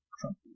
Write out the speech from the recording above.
Trump